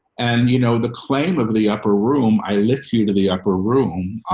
and you know, the claim of the upper room, i lift you to the upper room.